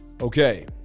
okay